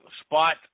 spot